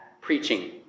preaching